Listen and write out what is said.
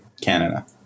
Canada